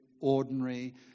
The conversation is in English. ordinary